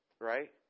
right